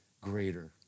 greater